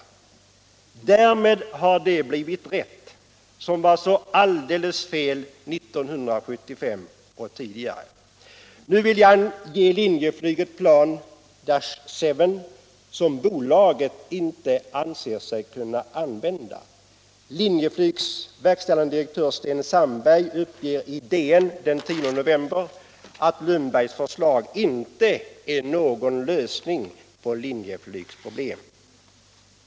Därmed har det blivit rätt som var så alldeles fel 1975 och tidigare. Nu vill han ge Linjeflyg ett plan, Dash 7, som bolaget inte anser sig kunna använda. Linjeflygs verkställande direktör Sten Sandberg uppger i DN den 10 november att docent Lundbergs förslag inte är någon lösning på Linjeflygs problem.